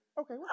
Okay